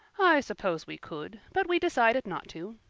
i suppose we could, but we decided not to.